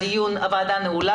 הישיבה נעולה.